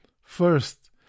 First